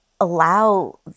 allow